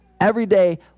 everyday